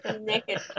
naked